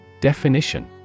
Definition